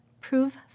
prove